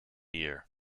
year